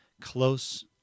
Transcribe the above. close